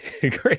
great